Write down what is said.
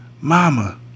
mama